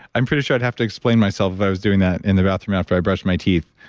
i'm pretty sure i'd have to explain myself if i was doing that in the bathroom after i brush my teeth.